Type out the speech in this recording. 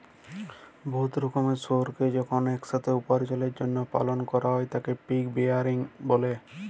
বহুত রকমের শুয়রকে যখল ইকসাথে উপার্জলের জ্যলহে পালল ক্যরা হ্যয় তাকে পিগ রেয়ারিং ব্যলে